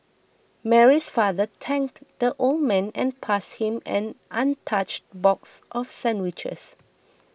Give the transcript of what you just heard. Mary's father thanked the old man and passed him an untouched box of sandwiches